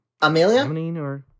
Amelia